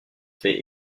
fait